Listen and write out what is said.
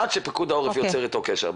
עד שפיקוד העורף יוצר איתו קשר.